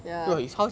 ya